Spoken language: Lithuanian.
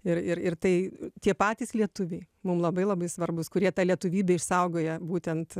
ir ir ir tai tie patys lietuviai mum labai labai svarbūs kurie tą lietuvybę išsaugojo būtent